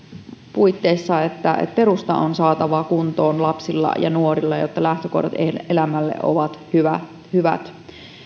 siitä että perusta on saatava kuntoon lapsilla ja nuorilla jotta lähtökohdat elämälle ovat hyvät